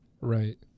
Right